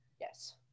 Yes